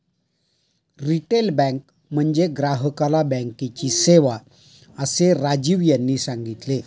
retail bank म्हणजे ग्राहकाला बँकेची सेवा, असे राजीव यांनी सांगितले